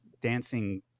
dancing